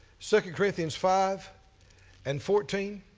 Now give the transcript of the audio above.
second corinthians five and fourteen.